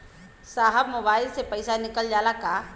साहब मोबाइल से पैसा निकल जाला का?